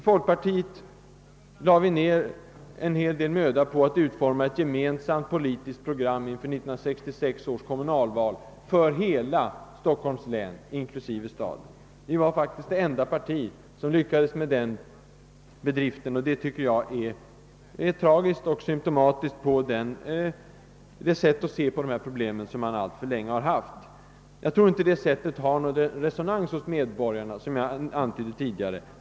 I folkpartiet lade vi ned en hel del möda på att få fram ett gemensamt politiskt program för Stockholms län och Stockholms stad inför 1966 års kommunalval, och vi var faktiskt det enda parti som lyckades med den bedriften. Det tycker jag är ett både tragiskt och symptomatiskt bevis för det sätt att se på dessa problem som alltför länge varit vanligt. Som jag tidigare antydde tror jag inte att det synsättet har någon resonans hos medborgarna.